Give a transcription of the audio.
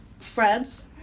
Fred's